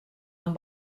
amb